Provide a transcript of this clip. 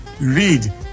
read